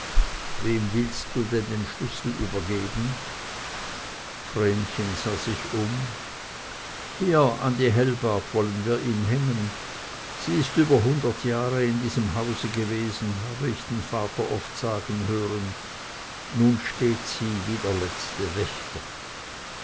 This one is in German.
wem willst du denn den schlüssel übergeben vrenchen sah sich um hier an die helbart wollen wir ihn hängen sie ist über hundert jahr in diesem hause gewesen habe ich den vater oft sagen hören nun steht sie da als der letzte wächter